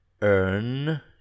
earn